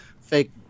fake